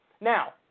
Now